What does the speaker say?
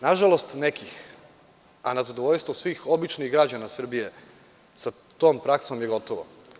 Na žalost nekih, a na zadovoljstvo svih običnih građana Srbije, sa tom praksom je gotovo.